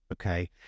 Okay